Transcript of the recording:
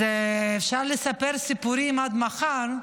אז אפשר לספר סיפורים עד מחר,